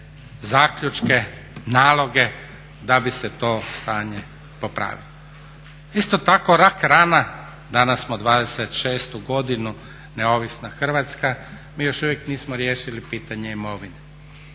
zaključke, naloge, da bi se to stanje popravilo. Isto tako rak-rana, danas smo 26. godinu neovisna Hrvatska, mi još uvijek nismo riješili pitanje imovine,